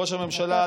ראש הממשלה,